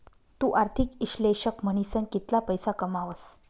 तु आर्थिक इश्लेषक म्हनीसन कितला पैसा कमावस